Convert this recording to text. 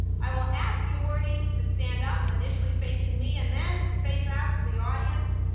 i will ask the awardees to stand up, initially facing me and then face out to the audience,